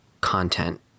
content